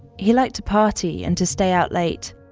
he liked to party and to stay out late.